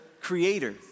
creator